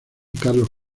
carlos